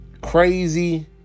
crazy